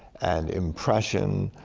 and impression,